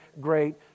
great